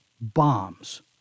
bombs